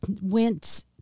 went